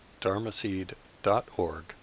dharmaseed.org